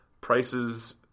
Prices